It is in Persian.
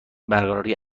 برقراری